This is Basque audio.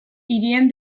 hirien